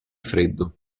freddo